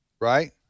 right